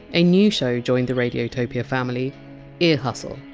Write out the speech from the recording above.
a new show joined the radiotopia family ear hustle,